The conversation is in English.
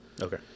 Okay